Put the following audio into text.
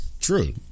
true